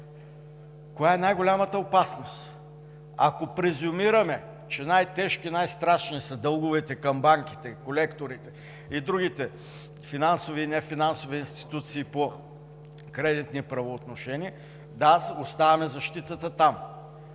коя е най-голямата опасност. Ако презюмираме, че най-тежки и най-страшни са дълговете към банките, колекторите и други финансови и нефинансови институции по кредитни правоотношения – да, оставаме защитата там.